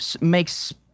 makes